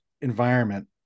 environment